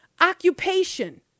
Occupation